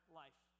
life